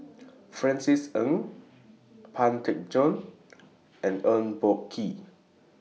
Francis Ng Pang Teck Joon and Eng Boh Kee